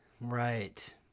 Right